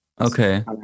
Okay